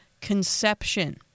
conception